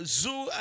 zoo